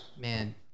man